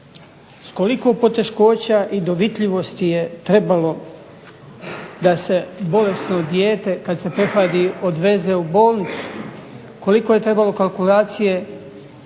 s koliko poteškoća i dovitljivosti je trebalo da se bolesno dijete kad se prehladi odveze u bolnicu. Koliko je trebalo kalkulacije